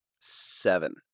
Seven